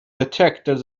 detected